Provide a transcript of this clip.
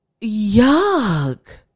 Yuck